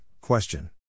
question